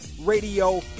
radio